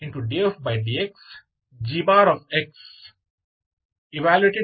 H